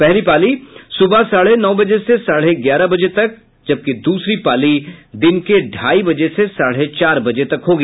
पहली पाली सुबह साढ़े नौ बजे से साढ़े ग्यारह बजे तक जबकि दूसरी पाली दिन के ढाई बजे से साढ़े चार बजे तक होगी